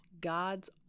God's